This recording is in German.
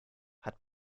hat